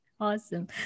awesome